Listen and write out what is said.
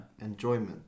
Enjoyment